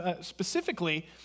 specifically